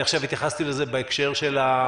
אני עכשיו התייחסתי לזה בהקשר של המידע.